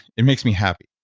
it makes me happy,